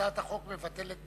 הצעת החוק מבטלת?